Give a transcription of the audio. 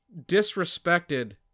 disrespected